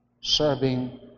serving